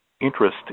interest